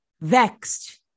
Vexed